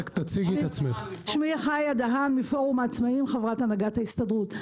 אני מפורום העצמאיים, חברת הנהגת ההסתדרות.